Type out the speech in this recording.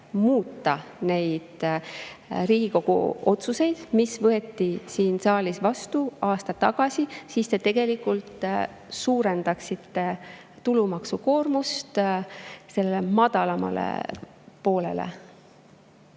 muuta neid Riigikogu otsuseid, mis võeti siin saalis vastu aasta tagasi, siis te tegelikult suurendaksite tulumaksukoormust madalamale poolele.